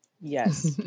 Yes